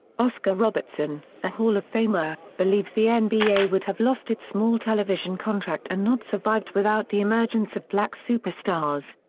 oscar robertson, a hall of famer, believes the and nba would have lost its small television contract and not survived without the emergence of black superstars.